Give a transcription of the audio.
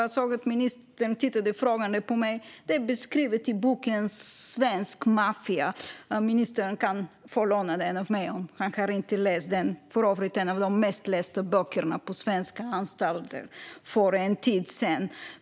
Jag såg att ministern tittade frågande på mig, men detta är beskrivet i boken Svensk maffia ; ministern kan få låna den av mig om han inte har läst den. Det var för övrigt en av de mest lästa böckerna på svenska anstalter för en tid sedan.